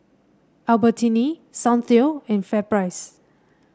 Albertini Soundteoh and FairPrice